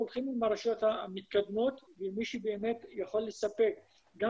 הולכים עם הרשויות המתקדמות ומי שבאמת יכול לספק גם